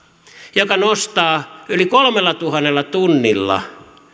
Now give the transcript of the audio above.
joka nostaa yli kolmellatuhannella tunnilla